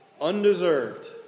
undeserved